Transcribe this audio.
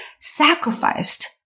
sacrificed